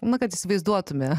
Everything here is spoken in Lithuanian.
na kad įsivaizduotume